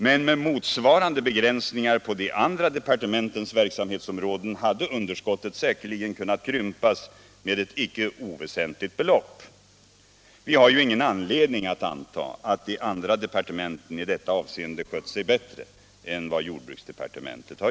Men med motsvarande begränsningar på de andra departementens verksamhetsområden hade underskottet säkerligen kunnat krympas med ett icke oväsentligt belopp. Vi har ju ingen anledning att anta att de andra departementen i detta avseende skött sig bättre än jordbruksdepartementet.